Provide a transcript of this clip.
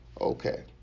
Okay